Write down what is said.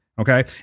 Okay